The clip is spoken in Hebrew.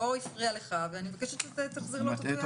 לא הפריע לך ואני מבקשת שתחזיר לו את אותו יחס.